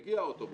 מגיע אוטובוס,